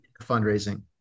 fundraising